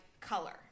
color